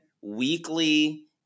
weekly